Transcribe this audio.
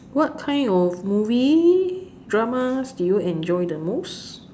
what kind of movie dramas do you enjoy the most